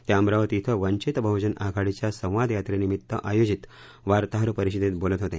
ते अमरावती ड्रं वंचित बहजन आघाडीच्या संवाद यात्रेनिमित्त आयोजित वार्ताहर परिषदेत बोलत होते